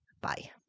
Bye